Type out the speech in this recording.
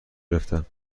گرفتن